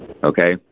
Okay